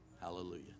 Hallelujah